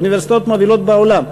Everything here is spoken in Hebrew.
באוניברסיטאות מובילות בעולם.